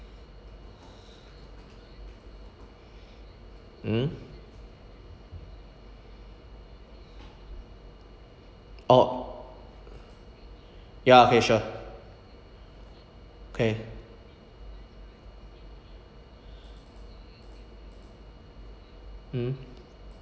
mm orh ya okay sure okay mm